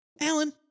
Alan